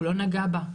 הוא לא נגע בה,